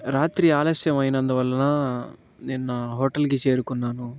రాత్రి ఆలస్యం అయినందువలన నేను నా హోటల్కి చేరుకున్నాను